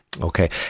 Okay